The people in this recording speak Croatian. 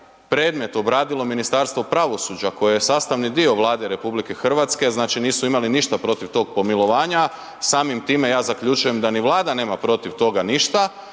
predmet obradilo Ministarstvo pravosuđa, koje je sastavni dio Vlade RH, znači nisu imali ništa protiv tog pomilovanja, samim time, ja zaključujem da ni vlada nema protiv toga ništa.